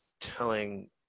telling